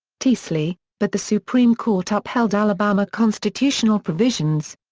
teasley, but the supreme court upheld alabama constitutional provisions.